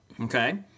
Okay